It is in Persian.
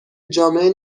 جامعه